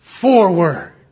forward